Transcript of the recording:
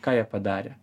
ką jie padarė